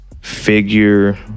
figure